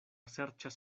serĉas